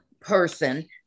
person